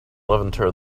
levanter